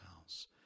house